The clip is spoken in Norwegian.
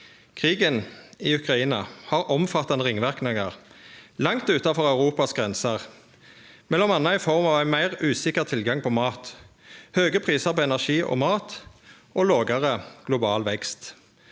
Krigen i Ukraina har omfattande ringverknader langt utanfor Europas grenser, m.a. i form av meir usikker tilgang på mat, høge prisar på energi og mat og lågare global vekst.